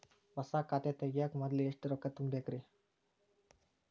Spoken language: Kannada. ಹೊಸಾ ಖಾತೆ ತಗ್ಯಾಕ ಮೊದ್ಲ ಎಷ್ಟ ರೊಕ್ಕಾ ತುಂಬೇಕ್ರಿ?